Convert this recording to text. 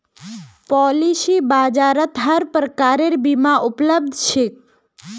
policy बाजारत हर प्रकारेर बीमा उपलब्ध छेक